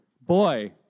Boy